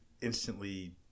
instantly